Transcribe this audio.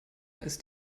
ist